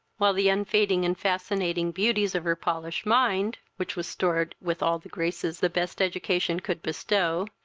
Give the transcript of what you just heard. while the unfading and fascinating beauties of her polished mind, which was stored with all the graces the best education could bestow,